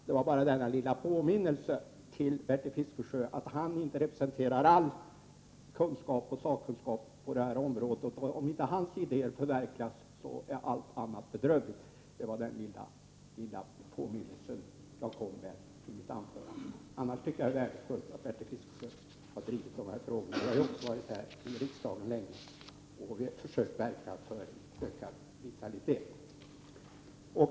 Jag vill bara ge denna lilla påminnelse till Bertil Fiskesjö och påpeka att han inte representerar all kunskap och sakkunskap på detta område och att det inte är så att om inte Bertil Fiskesjös idéer förverkligas, är allt annat bedrövligt. Det var denna lilla påminnelse jag gav i mitt anförande. I övrigt tycker jag att det är värdefullt att Bertil Fiskesjö har drivit dessa frågor. Jag har ju också tillhört riksdagen länge och försökt verka för en ökad vitalitet.